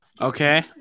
Okay